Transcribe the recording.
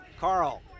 carl